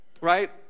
Right